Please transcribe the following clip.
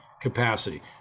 capacity